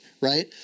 right